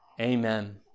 Amen